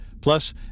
Plus